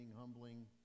humbling